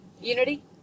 unity